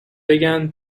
بگن